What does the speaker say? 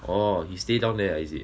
orh he stay down there is it